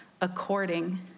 according